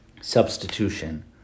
substitution